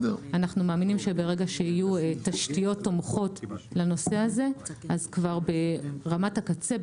אנחנו מאמינים שברגע שיהיו תשתיות תומכות לנושא הזה אז כבר ברמת הקצה,